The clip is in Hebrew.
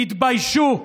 תתביישו.